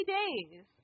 days